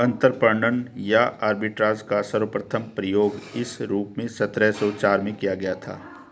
अंतरपणन या आर्बिट्राज का सर्वप्रथम प्रयोग इस रूप में सत्रह सौ चार में किया गया था